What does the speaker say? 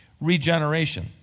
regeneration